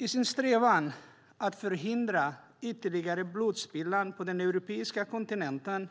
I sin strävan att förhindra ytterligare blodspillan på den europeiska kontinenten